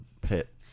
pit